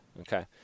Okay